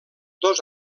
dos